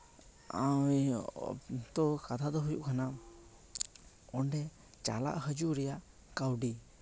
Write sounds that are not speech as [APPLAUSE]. [UNINTELLIGIBLE] ᱛᱳ ᱠᱟᱛᱷᱟ ᱫᱚ ᱦᱩᱭᱩᱜ ᱠᱟᱱᱟ ᱚᱰᱮ ᱪᱟᱞᱟᱜ ᱦᱤᱡᱩᱜ ᱨᱮᱭᱟᱜ ᱠᱟᱹᱣᱰᱤ